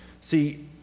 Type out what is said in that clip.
See